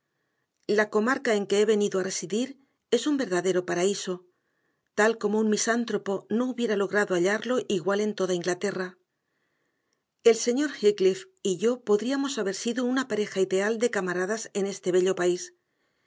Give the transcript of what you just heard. la comarca en que he venido a residir es un verdadero paraíso tal como un misántropo no hubiera logrado hallarlo igual en toda inglaterra el señor heathcliff y yo podríamos haber sido una pareja ideal de camaradas en este bello país